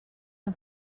han